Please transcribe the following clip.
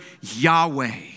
Yahweh